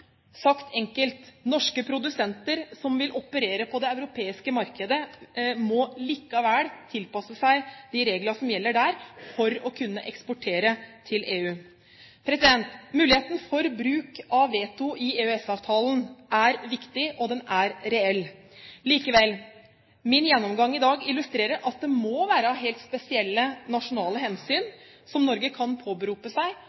sagt enkelt: Norske produsenter som vil operere på det europeiske markedet, må likevel tilpasse seg de reglene som gjelder der, for å kunne eksportere til EU. Muligheten for bruk av veto i EØS-avtalen er viktig, og den er reell. Likevel: Min gjennomgang i dag illustrerer at det må være helt spesielle nasjonale hensyn som Norge kan påberope seg